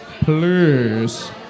please